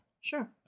sure